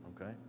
okay